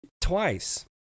twice